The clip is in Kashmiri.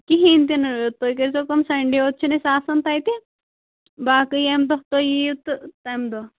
کِہیٖنٛۍ تِہِ نہٕ تُہۍ کٔرۍزیو کٲم سَنٛڈے یوت چھِنہٕ أسۍ آسان تَتہِ باقٕے ییٚمہِ دۄہ تُہۍ یِیِو تہٕ تَمہِ دۄہ